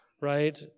right